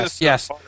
yes